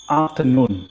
afternoon